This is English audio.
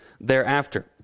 thereafter